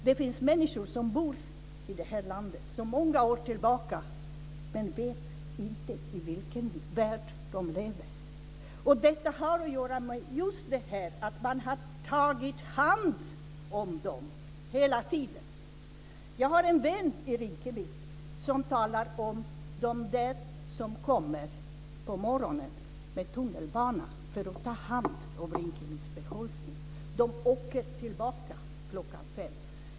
Det finns människor som bor i det här landet sedan många år tillbaka men som inte vet vilken värld de lever i. Detta har just att göra med att man har tagit hand om dem hela tiden. Jag har en vän i Rinkeby som talar om de där som kommer på morgonen med tunnelbanan för att ta hand om Rinkebys befolkning. De åker tillbaka klockan fem.